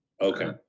Okay